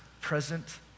present